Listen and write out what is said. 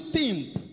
tempo